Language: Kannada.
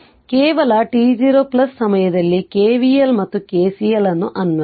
ಆದ್ದರಿಂದ ಕೇವಲ t0 ಸಮಯದಲ್ಲಿ KVL ಮತ್ತು KCL ಅನ್ನು ಅನ್ವಯಿಸಿ